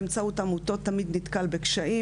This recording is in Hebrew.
באמצעות עמותות תמיד נתקל בקשיים,